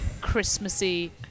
Christmassy